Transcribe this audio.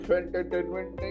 entertainment